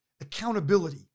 accountability